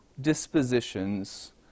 dispositions